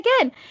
again